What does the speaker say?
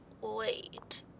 Wait